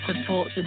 Support